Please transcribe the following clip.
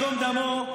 השם ייקום דמו,